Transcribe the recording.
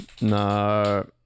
no